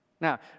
Now